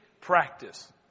practice